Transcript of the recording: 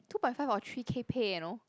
two point five or three K pay you know